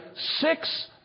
six